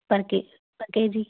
ਪਰ ਕੇ ਪਰ ਕੇ ਜੀ